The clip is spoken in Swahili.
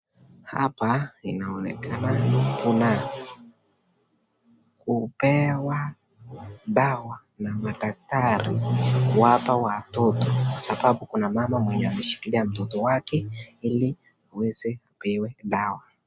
Hapa inaonekana kuna kupewa dawa na madaktari kuwapa watoto kwa sababu kuna mama mwenye ameshikilia mtoto wake ili aweze kupewe dawa.